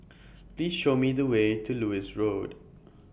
Please Show Me The Way to Lewis Road